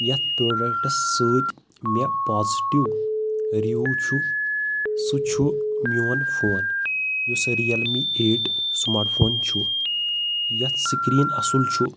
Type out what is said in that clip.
یتھ پروڈیکٹس سۭتۍ مےٚ پازٹِو رِویو چھُ سُہ چھُ میون فون یُس Realme eight smart phone چھُ یتھ سکریٖن اصل چھُ